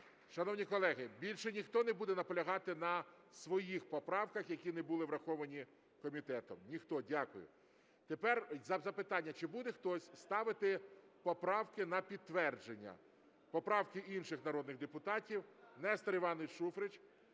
Шановні колеги, більше ніхто не буде наполягати на своїх поправках, які не були враховані комітетом? Ніхто. Дякую. Тепер запитання: чи буде хтось ставити поправки на підтвердження, поправки інших народних депутатів? Нестор Іванович Шуфрич,